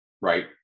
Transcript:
right